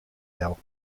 del